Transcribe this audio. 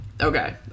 Okay